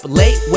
late